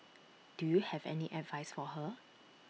do you have any advice for her